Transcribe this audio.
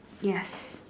yes